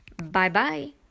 Bye-bye